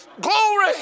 Glory